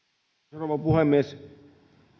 rouva puhemies